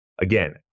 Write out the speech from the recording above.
again